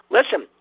Listen